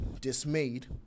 dismayed